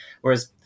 Whereas